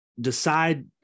decide